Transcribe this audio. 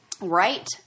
Right